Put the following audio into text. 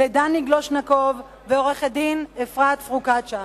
לדני גלושנקוב ולעורכת-דין אפרת פרוקצ'יה,